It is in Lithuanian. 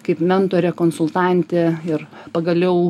kaip mentorė konsultantė ir pagaliau